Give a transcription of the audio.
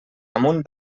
amunt